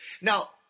Now